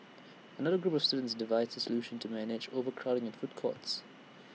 another group of students devised A solution to manage overcrowding in food courts